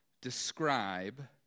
describe